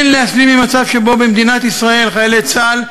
אין להשלים עם מצב שבו במדינת ישראל חיילי צה"ל,